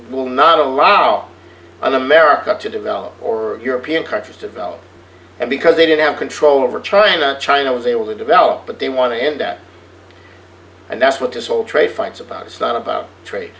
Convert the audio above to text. will not allow america to develop or european countries develop and because they didn't have control over china china was able to develop but they want to end that and that's what this whole trade fights about it's not about trade